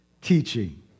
teaching